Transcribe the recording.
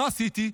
מה עשיתי?